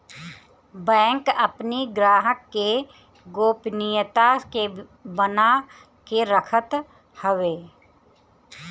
bank अपनी ग्राहक के गोपनीयता के बना के रखत हवे